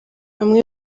bamwe